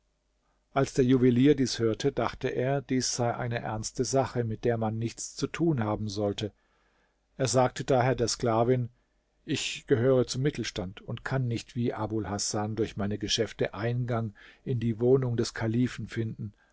als der juwelier dies hörte dachte er dies sei eine ernste sache mit der man nichts zu tun haben sollte er sagte daher der sklavin ich gehöre zum mittelstand und kann nicht wie abul hasan durch meine geschäfte eingang in die wohnung des kalifen finden